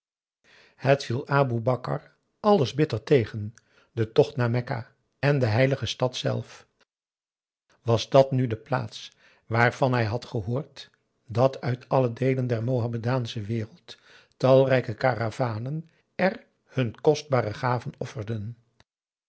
het viel aboe bakar alles bitter tegen de tocht naar mekka en de heilige stad zelf was dat nu de plaats waarvan hij had gehoord dat uit alle deelen der mohammedaansche wereld talrijke karavanen er hun kostbare gaven